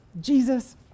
Jesus